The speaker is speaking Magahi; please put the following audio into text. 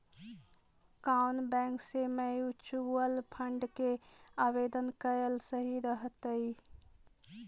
कउन बैंक से म्यूचूअल फंड के आवेदन कयल सही रहतई?